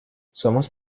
somos